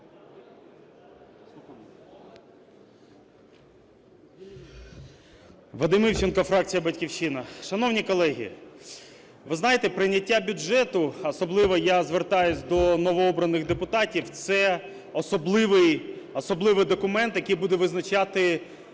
Вадим Івченко, фракція "Батьківщина". Шановні колеги, ви знаєте, прийняття бюджету, особливо я звертаюсь до новообраних депутатів, – це особливий документ, який буде визначати нову